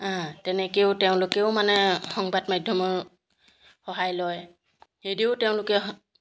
তেনেকৈও তেওঁলোকেও মানে সংবাদ মাধ্যমৰ সহায় লয় সেইদৰেও তেওঁলোকে